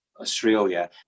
Australia